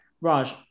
Raj